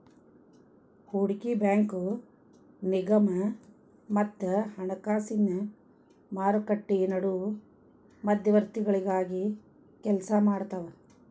ಹೂಡಕಿ ಬ್ಯಾಂಕು ನಿಗಮ ಮತ್ತ ಹಣಕಾಸಿನ್ ಮಾರುಕಟ್ಟಿ ನಡು ಮಧ್ಯವರ್ತಿಗಳಾಗಿ ಕೆಲ್ಸಾಮಾಡ್ತಾವ